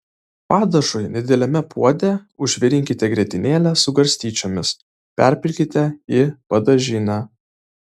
padažui nedideliame puode užvirinkite grietinėlę su garstyčiomis perpilkite į padažinę